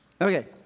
Okay